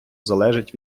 залежить